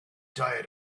diet